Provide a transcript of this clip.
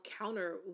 counter